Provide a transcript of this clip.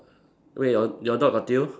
wait your your dog got tail